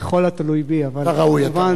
ככל התלוי בי, אבל כמובן,